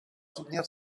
soutenir